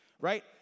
Right